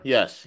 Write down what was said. Yes